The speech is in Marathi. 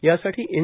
यासाठी एन